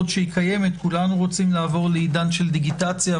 שקיימת כולנו רוצים לעבור לעידן של דיגיטציה,